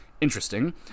Interesting